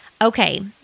Okay